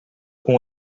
com